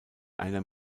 einer